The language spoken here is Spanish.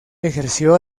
ejerció